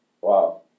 Wow